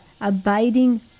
abiding